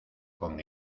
con